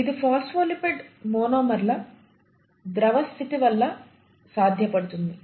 ఇది ఫోస్ఫోలిపిడ్ మోనోమర్ల ద్రవ స్థితి వళ్ళ సాధ్యపడుతుంది